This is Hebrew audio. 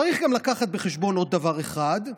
צריך גם לקחת בחשבון עוד דבר אחד,